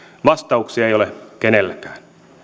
vastauksia ei ole kenelläkään